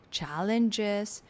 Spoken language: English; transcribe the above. challenges